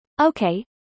Okay